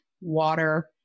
water